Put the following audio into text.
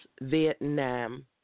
Vietnam